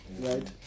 Right